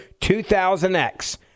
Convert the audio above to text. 2000x